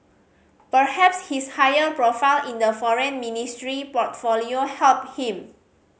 perhaps his higher profile in the Foreign Ministry portfolio helped him